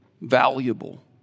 valuable